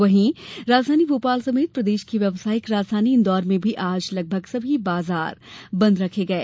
वहीं राजधानी भोपाल समेत प्रदेश की व्यावसायिक राजधानी इंदौर में भी आज लगभग सभी बाजार बंद रखे गए